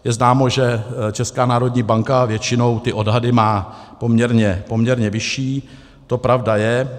Je známo, že Česká národní banka většinou ty odhady má poměrně vyšší, to pravda je.